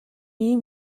ийм